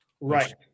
right